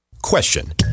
Question